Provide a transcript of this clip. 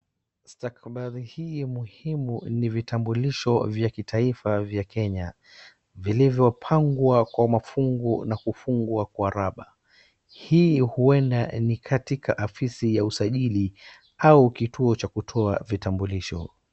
Stakabadhi hii muhimu ni vitambulisho vya kitaifa vya Kenya vilivopangwa kwa mafungu na kufungwa kwa rubber .Hii huenda ni katika afisi ya usajili au kituo cha kutoa vitambulisho.